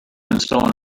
install